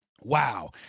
wow